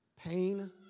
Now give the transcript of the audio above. pain